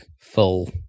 full